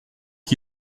qui